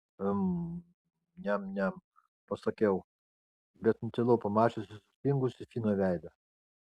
mm niam niam pasakiau bet nutilau pamačiusi sustingusį fino veidą